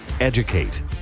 educate